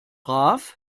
brav